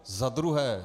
Za druhé.